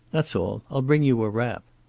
that's all. i'll bring you a wrap.